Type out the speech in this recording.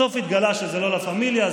בסוף התגלה שזה לא לה פמיליה,